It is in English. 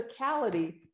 physicality